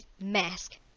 mask